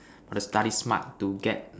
gotta study smart to get